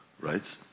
right